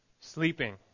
sleeping